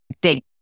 dig